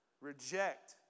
reject